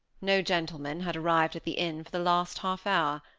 no gentleman had arrived at the inn for the last half hour.